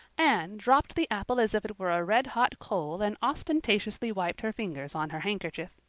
anne dropped the apple as if it were a red-hot coal and ostentatiously wiped her fingers on her handkerchief.